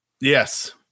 Yes